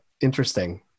interesting